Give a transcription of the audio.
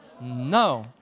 No